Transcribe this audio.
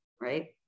right